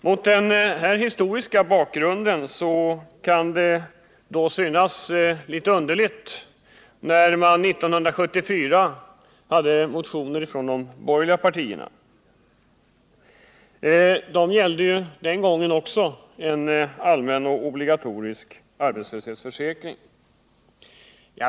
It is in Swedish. Mot den här historiska bakgrunden kan det synas litet underligt att man 1974 väckte motioner från de borgerliga partierna. Det gällde den gången också en allmän och obligatorisk arbetslöshetsförsäkring.